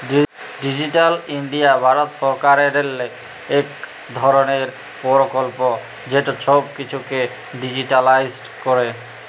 digital India Bharat সরকারেরলে ইক ধরলের পরকল্প যেট ছব কিছুকে ডিজিটালাইস্ড ক্যরে